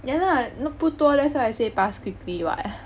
yeah lah no 不多 that's why I say pass quickly what